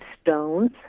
stones